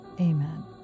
Amen